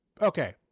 Okay